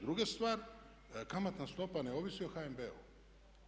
Druga stvar, kamatna stopa ne ovisi o HNB-u.